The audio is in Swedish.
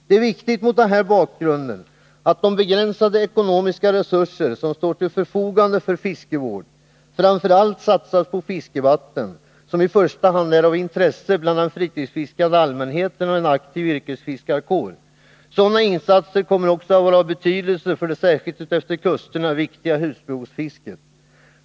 Det är viktigt mot denna bakgrund att de begränsade ekonomiska resurser som står till förfogande för fiskevård framför allt satsas på fiskevatten som i första hand är av intresse bland den fritidsfiskande allmänheten och en aktiv yrkesfiskarkår. Sådana insatser kommer också att vara av betydelse för det särskilt utefter kusterna viktiga husbehovsfisket.